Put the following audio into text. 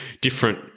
different